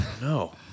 No